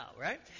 right